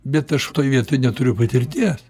bet aš toj vietoj neturiu patirties